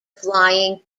flying